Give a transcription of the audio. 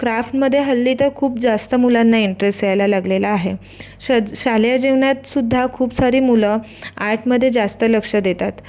क्राफ्टमध्ये हल्ली तर खूप जास्त मुलांना इंटरेस्ट यायला लागलेला आहे श शालेय जीवनातसुद्धा खूप सारी मुलं आर्टमध्ये जास्त लक्ष देतात